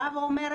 באה ואומרת: